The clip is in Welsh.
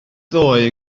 ddoe